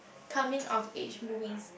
coming of age movies